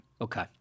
Okay